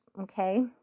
okay